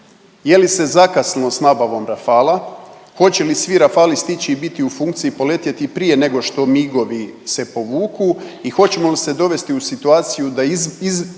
Je li se zakasnilo s nabavom Rafala? Hoće li svi Rafali stići i biti u funkciji poletjeti prije nego što MIG-ovi se povuku i hoćemo li se dovesti u situaciju da izgubimo